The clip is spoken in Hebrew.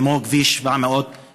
כמו כביש 754,